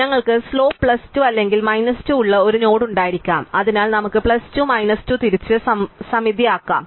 അതിനാൽ ഞങ്ങൾക്ക് slope plus 2 അല്ലെങ്കിൽ മൈനസ് 2 ഉള്ള ഒരു നോഡ് ഉണ്ടായിരിക്കാം അതിനാൽ നമുക്ക് പ്ലസ് 2 മൈനസ് 2 തിരിച്ച് സമമിതിയാകാം